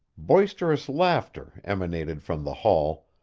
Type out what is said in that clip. boisterous laughter emanated from the hall,